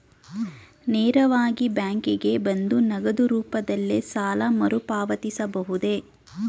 ನೇರವಾಗಿ ಬ್ಯಾಂಕಿಗೆ ಬಂದು ನಗದು ರೂಪದಲ್ಲೇ ಸಾಲ ಮರುಪಾವತಿಸಬಹುದೇ?